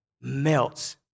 melts